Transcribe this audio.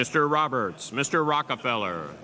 mr roberts mr rockefeller